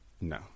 No